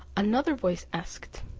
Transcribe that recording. another voice asked,